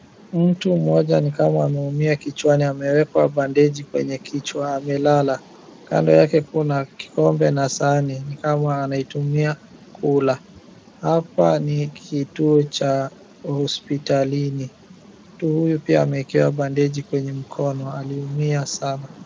Mtu mmoja ni kama ameumia kichwani, amewekwa bandeji kwenye kichwa amelala. Kando yake kuna kikombe na sahani ni kama anaitumia kula. Hapa ni kituo cha hospitalini mtu huyu pia amewekewa bandeji kwenye mkono ameumia sana.